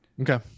okay